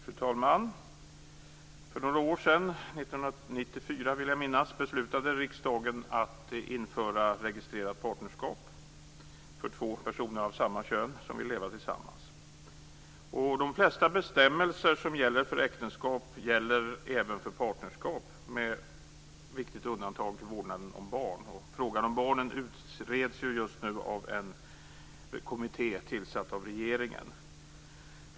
Fru talman! För några år sedan, jag vill minnas att det var 1994, beslutade riksdagen att införa registrerat partnerskap för två personer av samma kön som vill leva tillsammans. De flesta bestämmelser som gäller för äktenskap gäller även för partnerskap med ett viktigt undantag för vårdnaden av barn. Frågan om barnen utreds just nu av en kommitté tillsatt av regeringen.